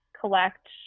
collect